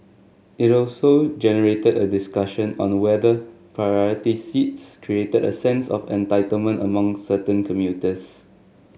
it also generated a discussion on whether priority seats created a sense of entitlement among certain commuters